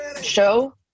show